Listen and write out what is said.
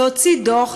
והוציא דוח.